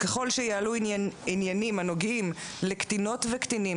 ככל שיעלו עניינים הנוגעים לקטינות וקטינים